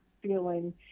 feeling